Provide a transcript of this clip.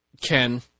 Ken